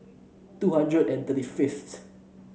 two hundred and thirty fifth